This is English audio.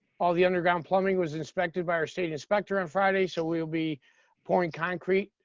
all the underground plumbing was inspected by our state and inspector on friday, so we will be pouring concrete